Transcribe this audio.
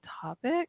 topic